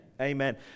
Amen